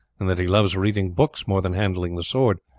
and that he loves reading books more than handling the sword,